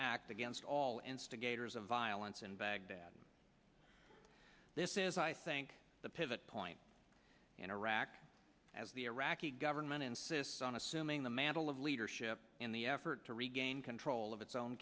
act against all instigators of violence in baghdad and this is i think the pivot point in iraq as the iraqi government insists on assuming the mantle of leadership in the effort to regain control of its own